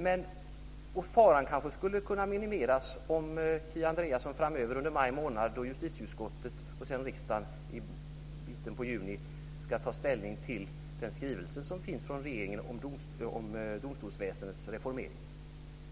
Men faran skulle kunna minimeras, Kia Andreasson, under maj månad då justitieutskottet, och sedan riksdagen i mitten av juni, ska ta ställning till den skrivelse som finns från regeringen om domstolsväsendets reformering.